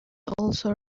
also